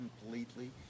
completely